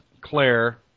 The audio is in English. Claire